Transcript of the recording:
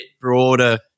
broader